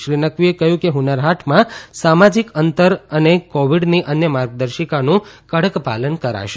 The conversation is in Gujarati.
શ્રી નકવીએ કહ્યું કે હ્નર હાટમાં સામાજિક અંતર બને કોવિડની અન્ય માર્ગદર્શિકાનું કડક પાલન કરાશે